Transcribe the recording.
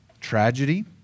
tragedy